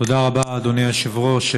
תודה רבה, אדוני היושב-ראש.